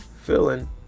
feeling